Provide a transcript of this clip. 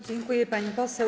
Dziękuję, pani poseł.